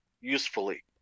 usefully